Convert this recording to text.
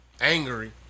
angry